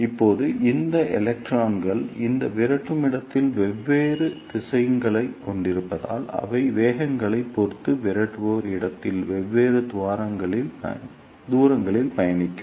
இப்போது இந்த எலக்ட்ரான்கள் இந்த விரட்டும் இடத்தில் வெவ்வேறு திசைவேகங்களைக் கொண்டிருப்பதால் அவை வேகங்களைப் பொறுத்து விரட்டுபவர் இடத்தில் வெவ்வேறு தூரங்களில் பயணிக்கும்